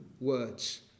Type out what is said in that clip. words